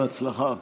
בהצלחה.